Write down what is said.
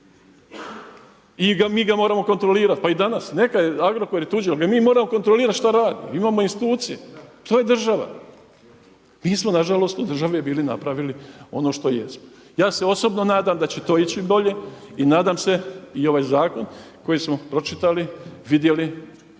I mi ga moramo kontrolirati. Pa i danas, neka je, Agrokor je tuđi ali ga mi moramo kontrolirati što radi, imamo institucije. To je država. Mi smo nažalost od države bili napravili ono što jesmo. Ja se osobno nadam da će to ići bolje i nadam se i ovaj zakon koji smo pročitali, vidimo,